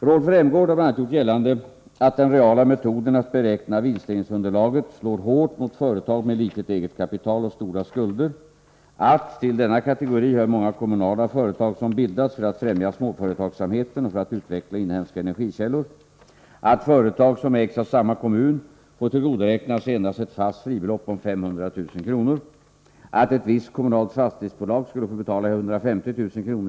Rolf Rämgård har bl.a. gjort gällande att den reala metoden att beräkna vinstdelningsunderlaget slår hårt mot företag med litet eget kapital och stora skulder, att till denna kategori av företag hör många kommunala företag som bildats för att främja småföretagsamheten och för att utveckla inhemska energikällor, att företag som ägs av samma kommun får tillgodoräkna sig endast ett fast fribelopp om 500 000 kr., att ett visst kommunalt fastighetsbolag skulle få betala 150 000 kr.